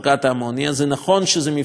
נכון שזה מפעל מונופוליסטי,